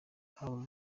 haba